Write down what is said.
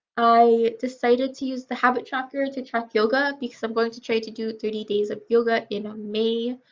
i decided to use the habit tracker to track yoga because i'm going to try to do thirty days of yoga in may.